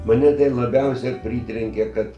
mane ten labiausia pritrenkė kad